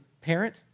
parent